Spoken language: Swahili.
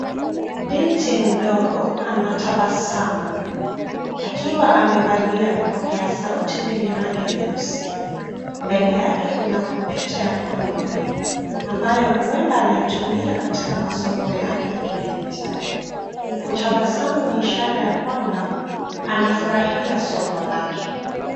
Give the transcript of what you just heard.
Binti mdogo anatabasamu akiwa amevalia vipokea sauti vyeusi. Mbele yake kuna kompyuta ya mkononi ambayo huenda anaitumia katika masomo yake ya kidijitali. Kutabasamu ni ishara ya kwamba anafurahia somo lake.